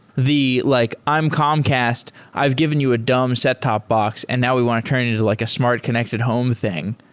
the like, i'm comcast. i've given you a dumb set-top box and now we want to turn it into like a smart connected home thing.